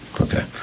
Okay